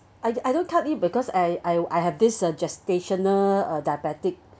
I I don't can't eat because I I have this gestational uh diabetic